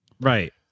Right